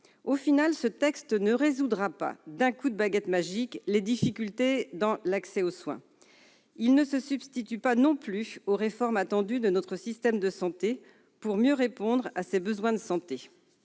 Au final, ce texte ne résoudra pas d'un coup de baguette magique les difficultés d'accès aux soins. Il ne se substitue pas non plus aux réformes attendues de notre système de santé pour mieux répondre aux besoins. Je pense,